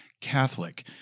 Catholic